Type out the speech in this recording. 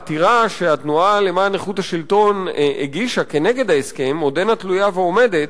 העתירה שהתנועה למען איכות השלטון הגישה כנגד ההסכם עודנה תלויה ועומדת,